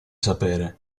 sapere